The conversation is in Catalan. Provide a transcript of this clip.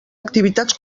activitats